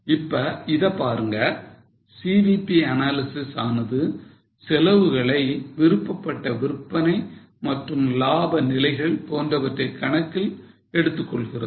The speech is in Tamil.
இப்ப இத பாருங்க CVP analysis ஆனது செலவுகளை விருப்பப்பட்ட விற்பனை மற்றும் இலாப நிலைகள் போன்றவற்றைக் கணக்கில் எடுத்துக்கொள்கிறது